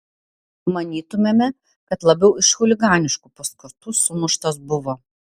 manytumėme kad labiau iš chuliganiškų paskatų sumuštas buvo